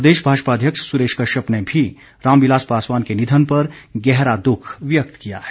प्रदेश भाजपा अध्यक्ष सुरेश कश्यप ने भी रामविलास पासवान के निधन पर गहरा दुख व्यक्त किया है